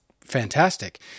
fantastic